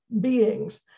beings